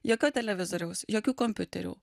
jokio televizoriaus jokių kompiuterių